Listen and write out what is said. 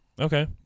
Okay